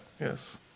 yes